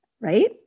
right